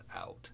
out